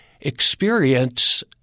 experience